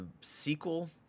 sequel